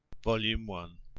volume one,